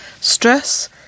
Stress